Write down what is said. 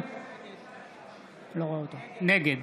נגד